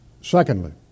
Secondly